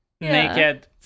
naked